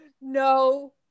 No